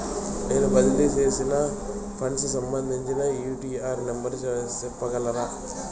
నేను బదిలీ సేసిన ఫండ్స్ సంబంధించిన యూ.టీ.ఆర్ నెంబర్ సెప్పగలరా